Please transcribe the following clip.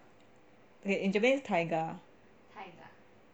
okay in japanese means taiga